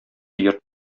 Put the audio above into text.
йорт